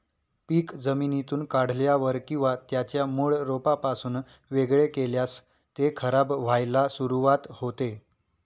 पीक जमिनीतून काढल्यावर किंवा त्याच्या मूळ रोपापासून वेगळे केल्यास ते खराब व्हायला सुरुवात होते